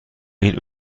این